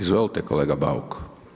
Izvolite kolega Bauk.